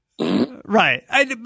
Right